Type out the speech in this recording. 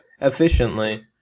Efficiently